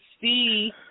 see